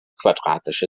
quadratische